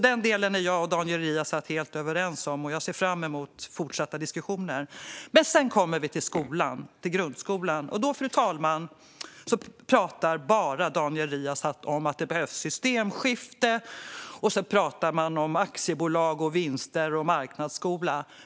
Den delen är jag och Daniel Riazat helt överens om. Jag ser fram emot fortsatta diskussioner. Men sedan kommer vi till grundskolan. Då talar Daniel Riazat bara om att det behövs systemskifte, fru talman. Sedan talar han om aktiebolag, vinster och marknadsskola.